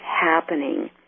happening